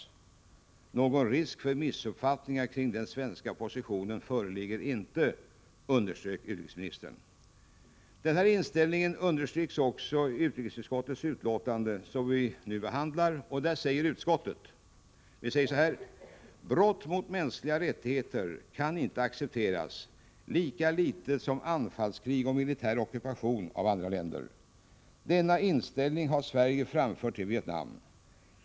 Någon risk för missuppfattningar kring den svenska positionen föreligger inte.” Denna inställning understryks också i det betänkande från utrikesutskottet som vi nu behandlar, där det bl.a. sägs: ”Brott mot mänskliga rättigheter kan inte accepteras, lika litet som anfallskrig och militär ockupation av andra länder. Denna inställning har Sverige framfört till Vietnam.